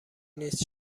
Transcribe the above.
نیست